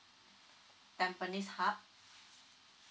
tampines hub